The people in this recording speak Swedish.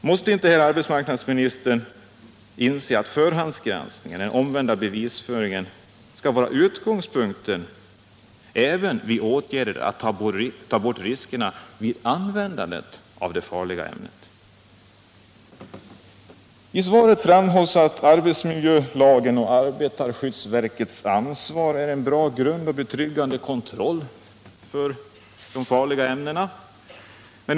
Anser inte arbetsmarknadsministern att förhandsgranskningen eller den omvända bevisföringen skall vara utgångspunkten även när det gäller att ta bort riskerna vid användandet av ett farligt ämne? I svaret framhålls att arbetsmiljölagen och arbetarskyddsstyrelsens ansvar är en bra grund för en betryggande kontroll av de farliga ämnena.